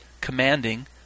commanding